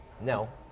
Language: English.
No